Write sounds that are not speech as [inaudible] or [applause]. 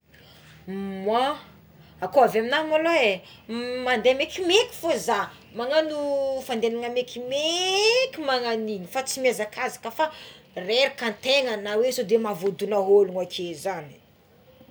[hesitation] Moa ah koa avy amigna mo agnao é mande mekimeky fo ko za magnagno fandehana mekimeky magnagno agny igny fa tsy miazakazaka fa reraka ategna na oe sao de mahavoadona ologno akeo zany.